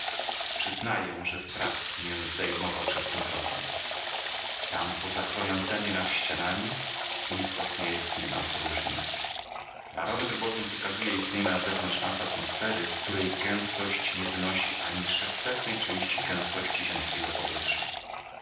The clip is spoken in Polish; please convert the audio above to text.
przyznaję że strach mię zdejmował przed tym krokiem tam poza chroniącemi nas ścianami istotnie jest niemal próżnia barometr bowiem wykazuje istnienie na zewnątrz nas atmosfery której gęstość nie wynosi ani trzechsetnej części gęstości ziemskiego powietrza